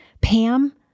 Pam